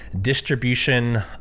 distribution